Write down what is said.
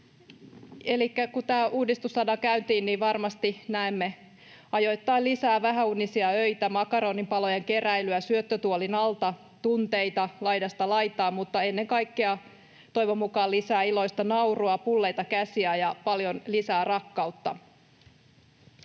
tämä uudistus saadaan käyntiin, niin varmasti näemme ajoittain lisää vähäunisia öitä, makaroninpalojen keräilyä syöttötuolin alta, tunteita laidasta laitaan, mutta toivon mukaan ennen kaikkea lisää iloista naurua, pulleita käsiä ja paljon lisää rakkautta.